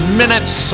minutes